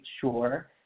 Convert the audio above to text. sure